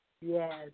Yes